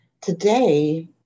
Today